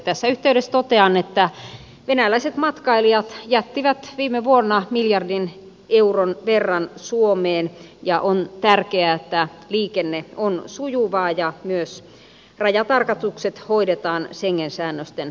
tässä yhteydessä totean että venäläiset matkailijat jättivät viime vuonna miljardin euron verran suomeen ja on tärkeää että liikenne on sujuvaa ja myös rajatarkastukset hoidetaan schengen säännösten mukaisesti